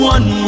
One